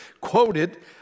quoted